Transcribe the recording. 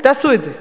אל תעשו את זה.